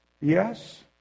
Yes